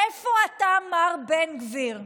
איפה אתה, מר בן גביר?